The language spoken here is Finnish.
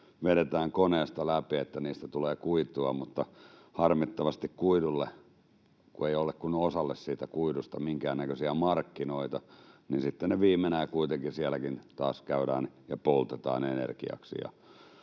vedetään koneesta läpi, niin että niistä tulee kuitua. Mutta kun harmittavasti ei ole kuin osalle siitä kuidusta minkäännäköisiä markkinoita, niin sitten ne viimenään kuitenkin sielläkin taas poltetaan energiaksi.